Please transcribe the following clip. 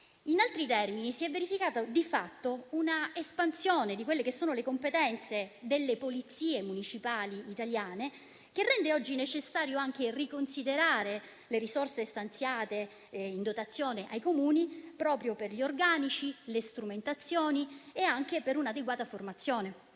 In altri termini, si è verificata di fatto un'espansione delle competenze delle Polizie municipali italiane, che rende oggi necessario riconsiderare le risorse stanziate in dotazione ai Comuni per gli organici, le strumentazioni e anche per un'adeguata formazione;